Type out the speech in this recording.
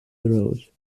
road